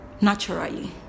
Naturally